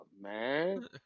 man